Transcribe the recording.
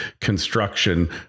construction